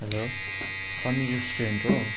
hello Sameer restaurant हो